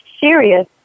serious